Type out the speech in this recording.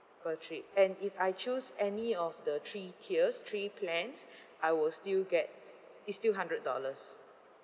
per trip and if I choose any of the three tiers three plans I will still get it's still hundred dollars